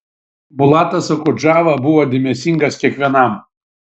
bulatas okudžava buvo dėmesingas kiekvienam